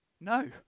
No